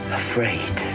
afraid